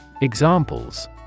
Examples